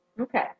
Okay